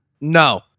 no